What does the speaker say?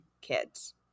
kids